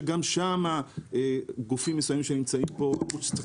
שגם שם גופים מסוימים שנמצאים פה אמרו שצריך